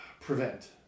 prevent